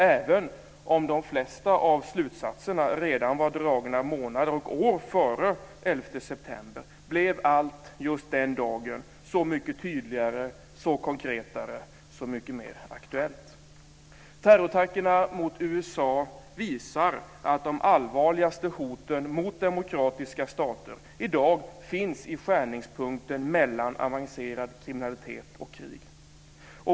Även om de flesta av slutsatserna redan var dragna månader och år före den 11 september, blev allt just den dagen så mycket tydligare, så konkretare och så mycket mer aktuellt. Terrorattackerna mot USA visar att de allvarligaste hoten mot demokratiska stater i dag finns i skärningspunkten mellan avancerad kriminalitet och krig.